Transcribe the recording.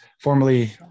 formerly